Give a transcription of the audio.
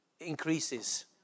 increases